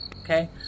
okay